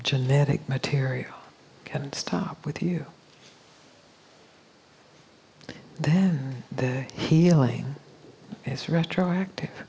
genetic material can't stop with you then they healing is retroactive